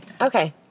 okay